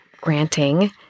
granting